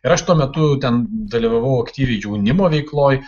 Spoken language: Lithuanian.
ir aš tuo metu ten dalyvavau aktyviai jaunimo veikloj